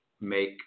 make